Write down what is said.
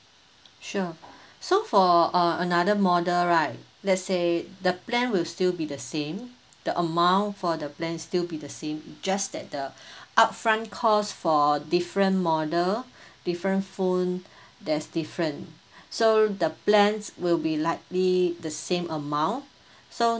sure so for uh another model right let's say the plan will still be the same the amount for the plan still be the same it just that the upfront cost for different model different phone there's different so the plans will be likely the same amount so